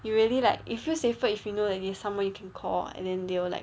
you really like you feel safer if you know you have somebody you can call and then they will like